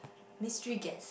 mystery gap